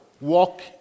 walk